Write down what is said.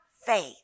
faith